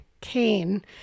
Kane